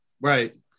Right